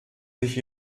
sich